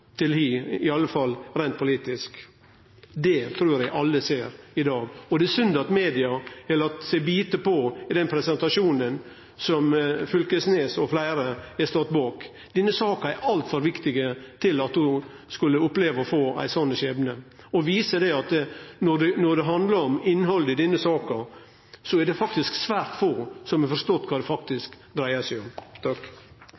til den andre, i alle fall reint politisk. Det trur eg alle ser i dag. Og det er synd at media har late seg bite på den presentasjonen som Knag Fylkesnes og fleire har stått bak. Denne saka er altfor viktig til at ho skulle oppleve å få ein sånn skjebne. Det viser at når det handlar om innhaldet i denne saka, er det svært få som har forstått kva det